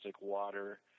water